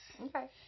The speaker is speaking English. Okay